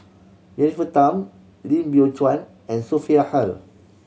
Jennifer Tham Lim Biow Chuan and Sophia Hull